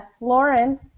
Lauren